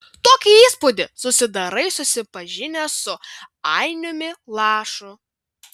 tokį įspūdį susidarai susipažinęs su ainiumi lašu